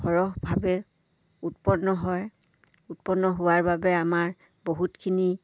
সৰহভাৱে উৎপন্ন হয় উৎপন্ন হোৱাৰ বাবে আমাৰ বহুতখিনি